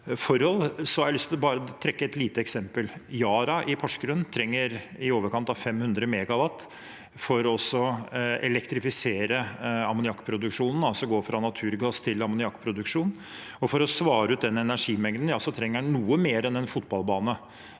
et lite eksempel. Yara i Porsgrunn trenger i overkant av 500 MW for å elektrifisere ammoniakkproduksjonen, altså gå fra naturgass i ammoniakkproduksjon. For å svare ut den energimengden trenger en noe mer enn en fotballbane